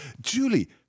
Julie